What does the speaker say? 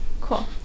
cool